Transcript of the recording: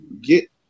get